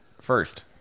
first